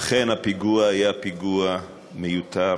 אכן, הפיגוע היה פיגוע מיותר,